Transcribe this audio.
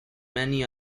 many